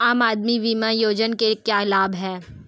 आम आदमी बीमा योजना के क्या लाभ हैं?